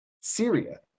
Syria